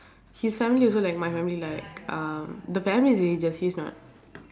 his family also like my family like um the family is religious he's not